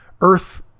earth